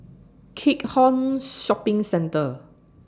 Keat Hong Shopping Centre